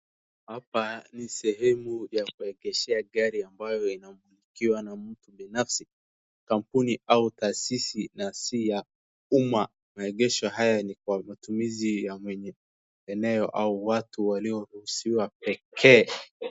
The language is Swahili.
Hapa ni sehemu ya kuegeshea gari ambayo inamilikiwa na mtu binafsi, kampuni au taasisi na siha umma. Maegesho haya ni kwa matumizi ya mwenye eneo au watu walioruhusiwa pekee.